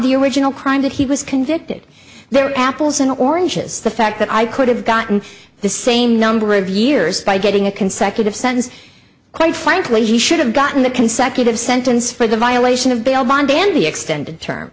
that he was convicted there apples and oranges the fact that i could have gotten the same number of years by getting a consecutive son's quite frankly he should have gotten the consecutive sentence for the violation of bail bond and the extended term